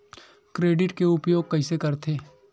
Credit के उपयोग कइसे करथे?